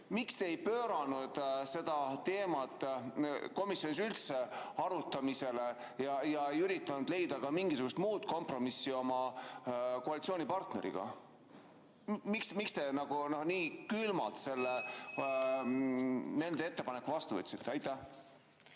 miks te ei pööranud seda teemat komisjonis arutamisele ega üritanud leida mingisugust muud kompromissi oma koalitsioonipartneriga? Miks te nii külmalt nende ettepaneku vastu võtsite? Aitäh!